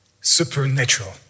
supernatural